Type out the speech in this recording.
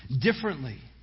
differently